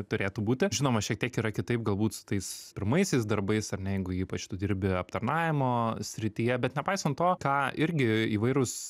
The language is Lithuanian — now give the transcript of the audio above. turėtų būti žinoma šiek tiek yra kitaip galbūt su tais pirmaisiais darbais ar ne jeigu ypač tu dirbi aptarnavimo srityje bet nepaisant to ką irgi įvairūs